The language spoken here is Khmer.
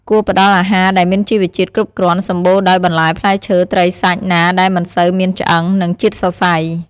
គួរផ្ដល់អាហារដែលមានជីវជាតិគ្រប់គ្រាន់ សម្បូរដោយ បន្លែ ផ្លែឈើ ត្រី សាច់ណាដែលមិនសូវមានឆ្អឹង និងជាតិសរសៃ។